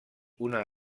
una